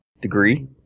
degree